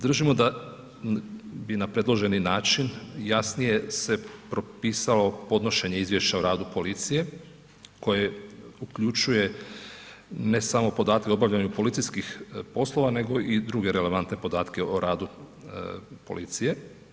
Držimo da bi na predloženi način jasnije se propisalo podnošenje izvješća o radu policije koje uključuje ne samo podatke o obavljanju policijskih poslova nego i druge relevantne podatke o radu policije.